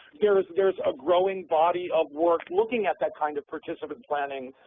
there's there's a growing body of work looking at that kind of participant planning,